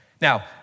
Now